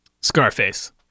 Scarface